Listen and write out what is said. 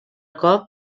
cop